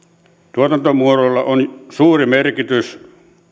tuotantomuodolla on suuri merkitys